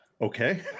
okay